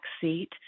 seat